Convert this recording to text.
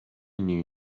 knew